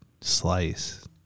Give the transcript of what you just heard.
slice